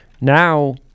Now